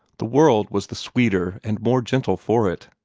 the world was the sweeter and more gentle for it.